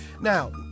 Now